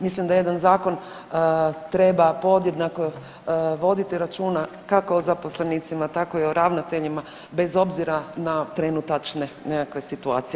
Mislim da jedan zakon treba podjednako voditi računa kako o zaposlenicima, tako i o ravnateljima bez obzira na trenutačne nekakve situacije.